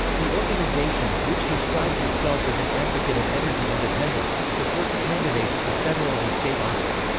the organization, which describes itself as an advocate of energy independence, supports candidates for federal and state office.